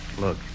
Look